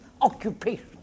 occupation